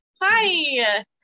Hi